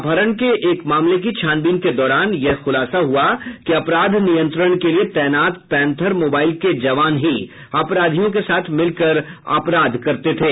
अपहरण के एक मामले की छानबीन के दौरान यह खुलासा हुआ कि अपराध नियंत्रण के लिए तैनात पैंथर मोबाईल के जवान ही अपराधियों के साथ मिलकर अपराध कराते थे